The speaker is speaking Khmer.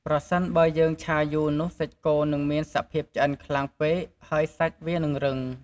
ប្រសិនបើយើងឆាយូរនោះសាច់គោនឹងមានសភាពឆ្អិនខ្លាំងពេកហើយសាច់វានិងរឹង។